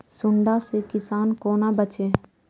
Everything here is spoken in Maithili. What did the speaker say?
सुंडा से किसान कोना बचे?